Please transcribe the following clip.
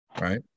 right